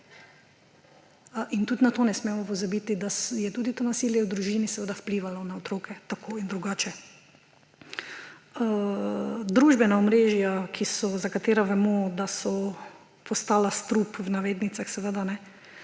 Tudi na to ne smemo pozabiti, da je tudi to nasilje v družini seveda vplivalo na otroke tako ali drugače. Družbena omrežja, za katere vemo, da so postala strup – v navednicah –